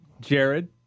Jared